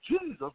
Jesus